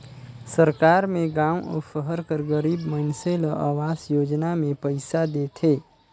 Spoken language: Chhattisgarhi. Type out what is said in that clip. सरकार में गाँव अउ सहर कर गरीब मइनसे ल अवास योजना में पइसा देथे